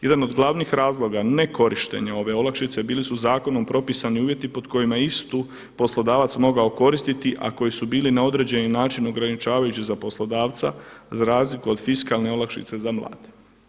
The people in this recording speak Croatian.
Jedan od glavnih razloga nekorištenja ove olakšice bili su zakonom propisani uvjeti pod kojima je istu poslodavac mogao koristiti, a koji su bili na određeni način ograničavajući za poslodavca za razliku od fiskalne olakšice za mlade.